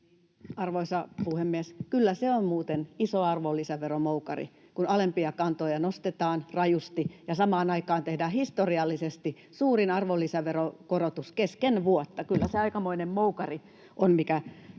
Arvoisa puhemies! Kyllä se on muuten iso arvonlisäveromoukari, kun alempia kantoja nostetaan rajusti ja samaan aikaan tehdään historiallisesti suurin arvonlisäveron korotus kesken vuotta. Kyllä se aikamoinen moukari on, mikä